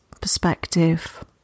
perspective